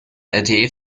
lte